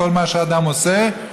כל מה שאדם עושה,